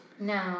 No